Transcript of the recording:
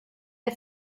der